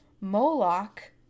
Moloch